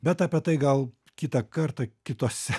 bet apie tai gal kitą kartą kitose